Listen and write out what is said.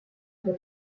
der